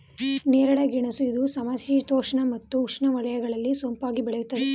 ನೇರಳೆ ಗೆಣಸು ಇದು ಸಮಶೀತೋಷ್ಣ ಮತ್ತು ಉಷ್ಣವಲಯಗಳಲ್ಲಿ ಸೊಂಪಾಗಿ ಬೆಳೆಯುತ್ತದೆ